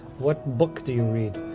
what book do you read?